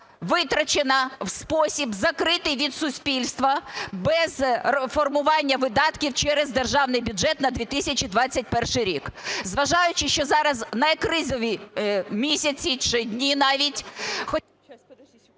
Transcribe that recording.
витрачена в спосіб, закритий від суспільства, без реформування видатків через Державний бюджет на 2021 рік. Зважаючи, що зараз найкризові місяці чи дні навіть…